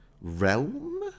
Realm